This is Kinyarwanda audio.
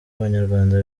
abanyarwanda